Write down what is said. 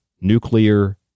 nuclear